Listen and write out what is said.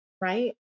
right